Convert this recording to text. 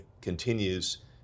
continues